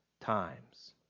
times